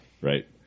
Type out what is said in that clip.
Right